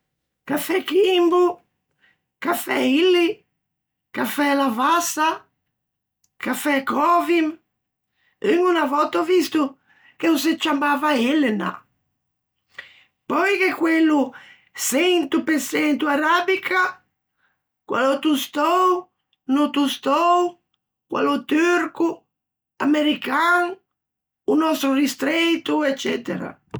Cafè Kimbo, cafè Illy, cafè Lavassa, cafè Covim, un unna vòtta ò visto che o se ciammava Elena, pöi gh'é quello çento pe çento arabica, quello tostou, no tostou, quello turco, american, o nòstro ristreito, eccetera.